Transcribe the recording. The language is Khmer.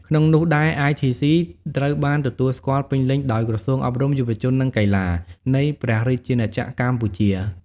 ក្នុងនោះដែរITC ត្រូវបានទទួលស្គាល់ពេញលេញដោយ ក្រសួងអប់រំ យុវជន និងកីឡា នៃព្រះរាជាណាចក្រកម្ពុជា។